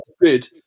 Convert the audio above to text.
good